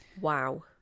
Wow